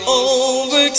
over